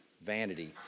vanity